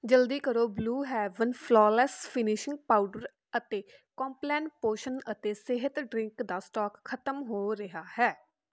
ਜਲਦੀ ਕਰੋ blue heaven flawless finishing powder ਅਤੇ ਕੌਮਪਲੈਨ ਪੋਸ਼ਣ ਅਤੇ ਸਿਹਤ ਡਰਿੰਕ ਦਾ ਸਟਾਕ ਖਤਮ ਹੋ ਰਿਹਾ ਹੈ